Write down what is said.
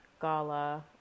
gala